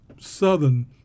Southern